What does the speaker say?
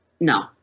no